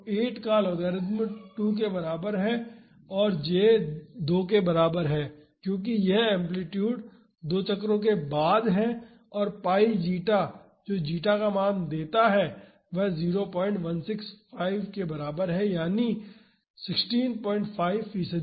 तो 8 का लॉगरिथ्म 2 के बराबर है और j 2 के बराबर है क्योंकि यह एम्पलीटूड 2 चक्रों के बाद है और π जीटा जो जीटा का मान देता है वह 0165 के बराबर है यानी 165 फीसदी